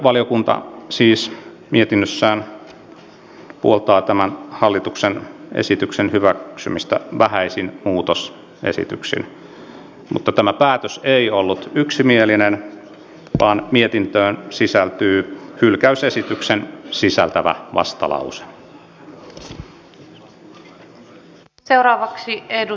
lakivaliokunta siis mietinnössään puoltaa tämän hallituksen esityksen hyväksymistä vähäisin muutosesityksin mutta tämä päätös ei ollut yksimielinen vaan mietintöön sisältyy hylkäysesityksen sisältävä vastalause